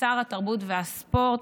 ושר התרבות והספורט.